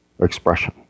expression